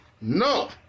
No